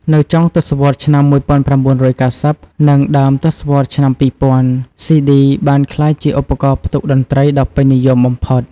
នៅចុងទសវត្សរ៍ឆ្នាំ ១៩៩០ និងដើមទសវត្សរ៍ឆ្នាំ ២០០០ ស៊ីឌី បានក្លាយជាឧបករណ៍ផ្ទុកតន្ត្រីដ៏ពេញនិយមបំផុត។